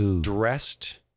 dressed